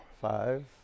Five